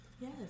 Yes